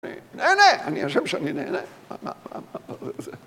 נהנה! אני חושב שאני נהנה.